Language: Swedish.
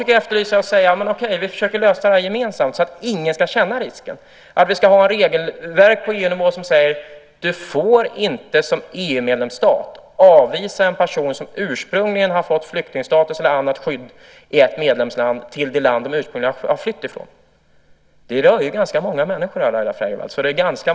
Det jag efterlyser är att vi ska försöka lösa detta gemensamt så att ingen behöver känna att den risken finns och att vi ska ha regelverk på EU-nivå som säger att en EU-medlemsstat inte får avvisa personer, som ursprungligen fått flyktingstatus eller annat skydd i ett medlemsland, till det land de flytt från. Det rör sig om ganska många människor, Laila Freivalds.